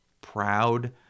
proud